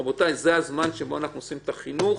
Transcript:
רבותיי, זה הזמן שבו אנחנו עושים את החינוך,